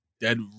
Dead